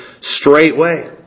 straightway